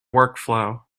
workflow